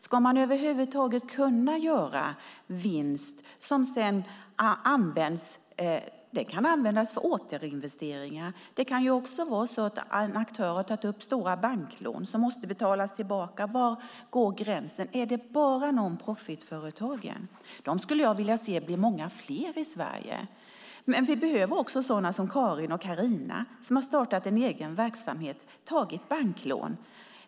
Ska man över huvud taget kunna göra vinst som sedan används för till exempel återinvesteringar? Det kan också vara så att en aktör har tagit stora banklån som måste betalas tillbaka. Var går gränsen? Får det bara finnas non profit-företag? Jag skulle vilja se att de blir många fler i Sverige. Men det behövs också sådana som Karin och Carina, som har startat en egen verksamhet och tagit banklån.